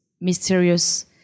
mysterious